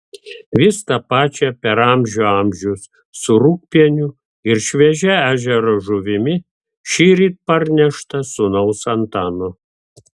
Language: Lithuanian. vis tą pačią per amžių amžius su rūgpieniu ir šviežia ežero žuvimi šįryt parnešta sūnaus antano